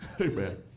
Amen